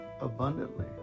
abundantly